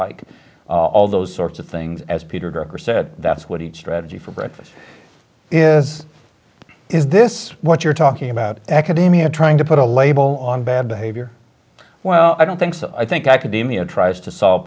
like all those sorts of things as peter gregory said that's what he strategy for breakfast is this what you're talking about academia trying to put a label on bad behavior well i don't think so i think academia tries to solve